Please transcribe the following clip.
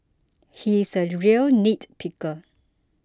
he is a real nitpicker